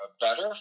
better